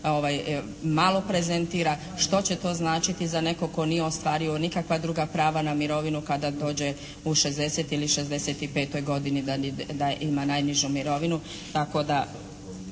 malo prezentira što će to značiti za nekog tko nije ostvario nikakva druga prava na mirovinu kada dođe u 60 ili 65. godini da ima najnižu mirovinu,